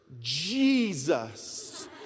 Jesus